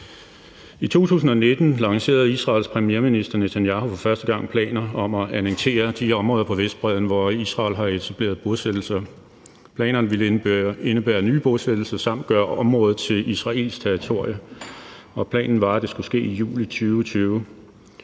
I 2019 lancerede Israels premierminister, Netanyahu, for første gang planer om at annektere de områder på Vestbredden, hvor Israel har etableret bosættelser. Planerne ville indebære nye bosættelser samt gøre området til israelsk territorium, og planen var, at det skulle ske i juli 2020.